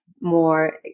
more